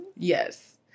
Yes